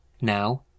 now